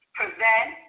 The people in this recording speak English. prevent